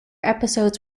episodes